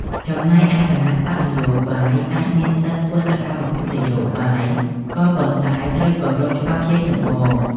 ចំណែកឯគណបក្សនយោបាយអាចមានសិទ្ធិធ្វើសកម្មភាពនយោបាយ ក៏ប៉ុន្តែត្រូវគោរពច្បាប់ជាចម្បង។